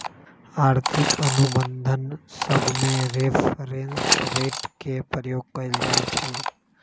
आर्थिक अनुबंध सभमें रेफरेंस रेट के प्रयोग कएल जाइ छइ